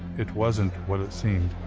it wasn't what it seemed.